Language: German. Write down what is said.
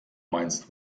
meinst